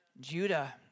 Judah